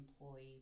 employee